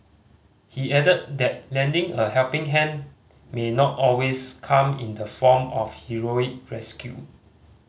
he added that lending a helping hand may not always come in the form of a heroic rescue